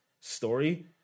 story